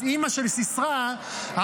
אז אימא של סיסרא עמדה,